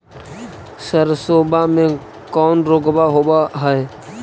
सरसोबा मे कौन रोग्बा होबय है?